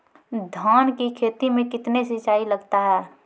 धान की खेती मे कितने सिंचाई लगता है?